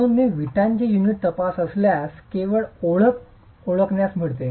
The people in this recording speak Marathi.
म्हणून मी विटांचे युनिट तपासत असल्यास केवळ ओळख ओळखण्यास मिळते